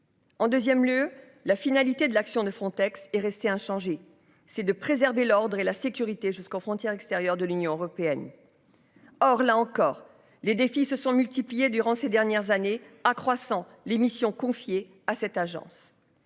En 2ème lieu, la finalité de l'action de Frontex est resté inchangé c'est de préserver l'ordre et la sécurité jusqu'aux frontières extérieures de l'Union européenne. Or là encore les défis se sont multipliées durant ces dernières années, accroissant les missions confiées à cette agence.